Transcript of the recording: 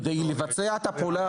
כדי לבצע את הפעולה